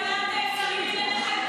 בוועדת שרים לענייני חקיקה,